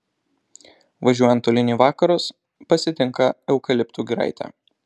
važiuojant tolyn į vakarus pasitinka eukaliptų giraitė